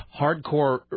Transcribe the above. hardcore